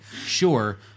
sure